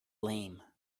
lame